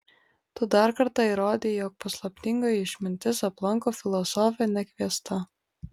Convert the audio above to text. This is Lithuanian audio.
tu dar kartą įrodei jog paslaptingoji išmintis aplanko filosofę nekviesta